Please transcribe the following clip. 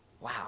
wow